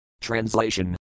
Translation